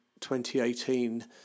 2018